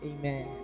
Amen